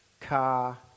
car